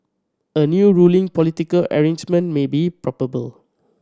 a new ruling political arrangement may be probable